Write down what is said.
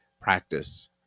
practice